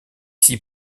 six